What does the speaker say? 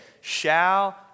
shall